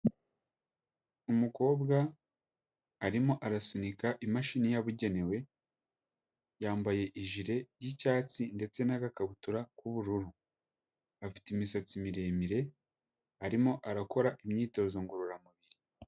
Umukobwa arimo arasunika imashini yabugenewe yambaye ijile y'icyatsi ndetse n'agakabutura k'ubururu afite imisatsi miremire arimo arakora imyitozo ngororamubiri.